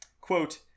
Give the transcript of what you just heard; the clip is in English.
quote